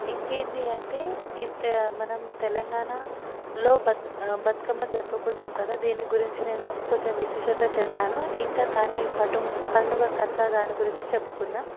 ఇంకేంది అంటే ఇత్త మనం తెలంగాణ లో బ బతుకమ్మ జరుపుకుంటాం కదా దీని గురించి నేను కొంచెం విశిష్టత చెప్పాను ఇంకా దాని పటం పండుగ కథ దాని గురించి చెప్పుకుందాం